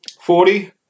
Forty